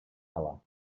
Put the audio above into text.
color